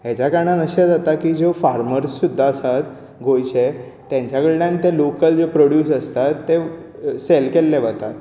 हाज्या कारणान अशें जाता की ज्यो फार्मर्स सुद्दा आसात गोंयचे तेंच्या कडल्यान जे लोकल प्रोड्यूस आसता ते सॅल केल्ले वतात